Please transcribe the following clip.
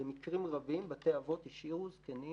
ובמקרים רבים בתי האבות השאירו זקנים